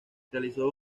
realizó